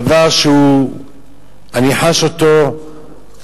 דבר שאני חש אותו בשטח,